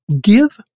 give